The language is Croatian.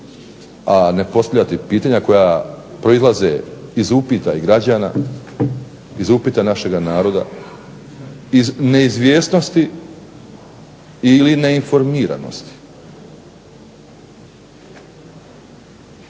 a ne postavljati pitanja koja proizlaze iz upita i građana, iz upita našega naroda, iz neizvjesnosti ili neinformiranosti.